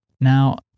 Now